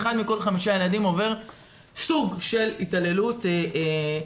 אחד מכל חמישה ילדים עובר סוג של התעללות בביתו,